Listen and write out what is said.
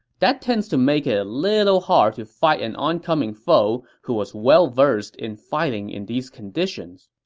that tends to make it a little hard to fight an oncoming foe who is well-versed in fighting in these conditions.